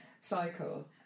cycle